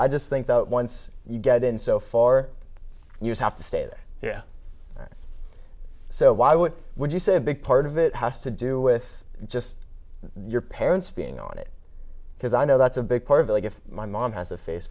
i just think that once you get in so far you have to stay there yeah so why would would you say a big part of it has to do with just your parents being on it because i know that's a big part of it and if my mom has a face